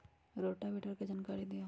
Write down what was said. Rotavator के जानकारी दिआउ?